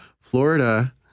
Florida